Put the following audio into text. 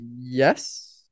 Yes